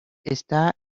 esta